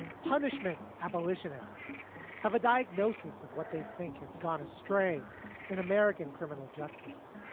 punishment abolitionists have a diagnosis of what they think has gone astray in american criminal justice,